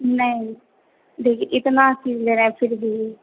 नहीं देखिए इतना चीज़ ले रहे हैं फ़िर भी